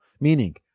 meaning